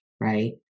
right